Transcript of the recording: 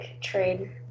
trade